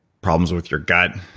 problems with your gut,